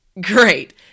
Great